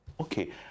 okay